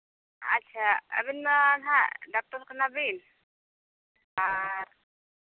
ᱟᱪᱪᱷᱟ ᱟᱹᱵᱤᱱ ᱢᱟ ᱦᱟᱸᱜ ᱰᱟᱠᱛᱚᱨ ᱠᱟᱱᱟᱵᱤᱱ ᱟᱨ